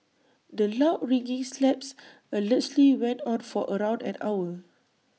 the loud ringing slaps allegedly went on for around an hour